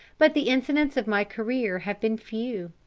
but the incidents of my career have been few,